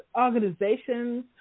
organizations